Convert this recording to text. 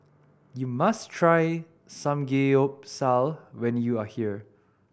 you must try Samgeyopsal when you are here